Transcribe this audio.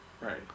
Right